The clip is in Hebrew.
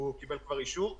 שהוא קיבל כבר אישור.